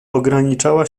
ograniczała